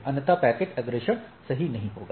अन्यथा पैकेट अग्रेषण सही नहीं होगा